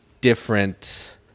different